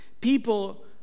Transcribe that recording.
People